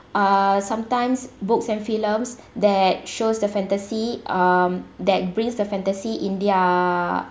uh sometimes books and films that shows the fantasy um that brings the fantasy in their